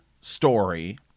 story